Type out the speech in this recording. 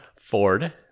Ford